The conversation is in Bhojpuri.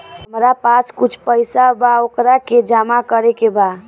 हमरा पास कुछ पईसा बा वोकरा के जमा करे के बा?